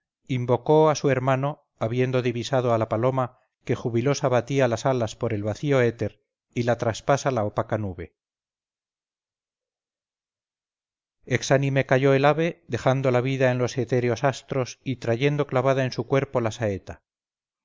invocó a su hermano habiendo divisado a la paloma que jubilosa batía las alas por el vacío éter y la traspasa la opaca nube exánime cayó el ave dejando la vida en los etéreos astros y trayendo clavada en su cuerpo la saeta